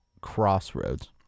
crossroads